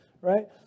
right